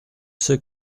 c’est